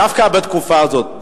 דווקא בתקופה הזאת,